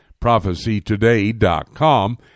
prophecytoday.com